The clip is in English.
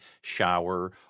shower